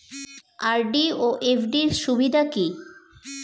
RD ও FD র সুবিধা কি?